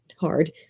hard